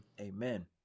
Amen